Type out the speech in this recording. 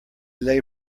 lay